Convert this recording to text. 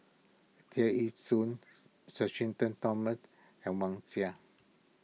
Tear Ee Soon Sir Shenton Thomas and Wang Sha